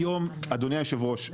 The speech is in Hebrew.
אדוני היושב ראש,